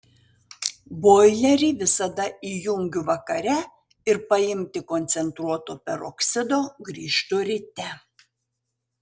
boilerį visada įjungiu vakare ir paimti koncentruoto peroksido grįžtu ryte